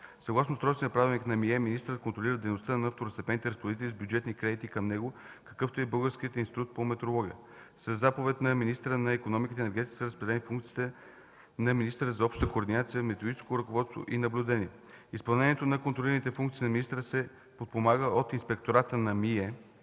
Съгласно Устройственият правилник на МИЕ министърът контролира дейността на второстепенните разпоредители с бюджетни кредити към него, какъвто е и Българският институт по метрология. Със заповед на министъра на икономиката и енергетиката са разпределени функциите на министъра за обща координация, методическо ръководство и наблюдение. Изпълнението на контролните функции на министъра се подпомага от Инспектората на МИЕ,